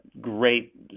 great